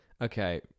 Okay